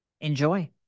enjoy